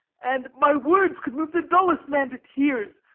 and my words could move the dullest man to tears.